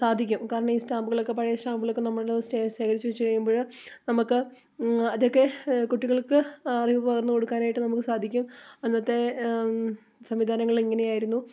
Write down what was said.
സാധിക്കും കാരണം ഈ സ്റ്റാമ്പുകളൊക്കെ പഴയ സ്റ്റാമ്പുകളൊക്കെ നമ്മൾ ശേഖരിച്ചു വെച്ചു കഴിയുമ്പോൾ നമുക്ക് അതൊക്കെ കുട്ടികൾക്ക് അറിവു പകർന്ന് കൊടുക്കാനായിട്ട് നമുക്ക് സാധിക്കും അന്നത്തെ സംവിധാനങ്ങൾ എങ്ങനെയായിരുന്നു